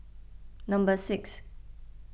number six